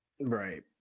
right